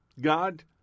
God